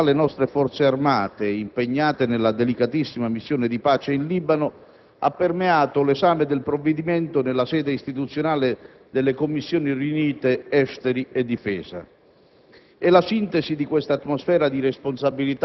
Un clima di condivisione e di solidarietà alle nostre Forze Armate impegnate nella delicatissima missione di pace in Libano ha permeato l'esame del provvedimento nella sede istituzionale delle Commissioni riunite esteri e difesa.